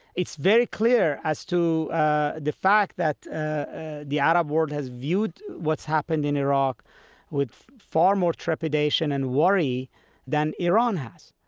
it's very clear as to the fact that ah the arab world has viewed what's happened in iraq with far more trepidation and worry than iran has